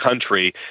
country